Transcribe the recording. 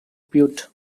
bute